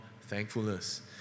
thankfulness